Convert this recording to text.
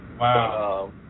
Wow